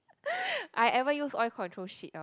I ever use oil control sheet hor